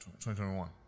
2021